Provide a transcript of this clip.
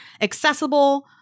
accessible